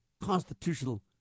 constitutional